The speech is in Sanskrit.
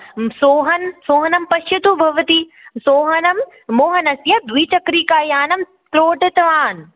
सोहन् सोहनं पश्यतु भवती सोहनं मोहनस्य द्विचक्रिकायानं त्रोटितवान्